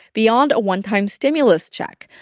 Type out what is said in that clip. beyond a one-time stimulus check.